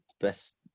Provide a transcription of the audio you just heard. best